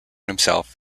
himself